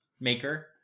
maker